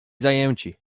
zajęci